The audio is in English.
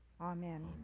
Amen